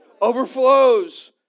Overflows